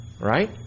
right